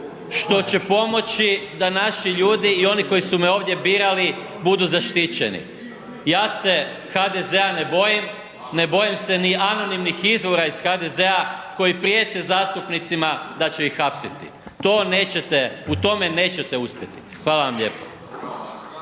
što će pomoći da naši ljudi i oni koji su me ovdje birali budu zaštićeni. Ja se HDZ-a ne bojim, ne bojim se ni anonimnih izvora iz HDZ-a koji prijete zastupnicima da će ih hapsiti. U tome nećete uspjeti. Hvala vam lijepa.